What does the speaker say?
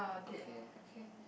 okay okay